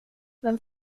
vem